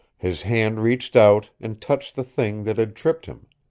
his hand reached out and touched the thing that had tripped him.